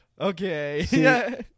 okay